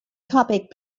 topic